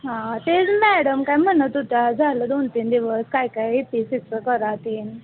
हां ते मॅडम काय म्हणत होत्या झालं दोन तीन दिवस काय काय इ फीसचं करा तीन